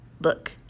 Look